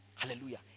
Hallelujah